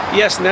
yes